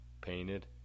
painted